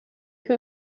who